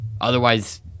Otherwise